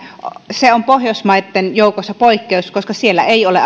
tanska on pohjoismaiden joukossa poikkeus koska siellä ei ole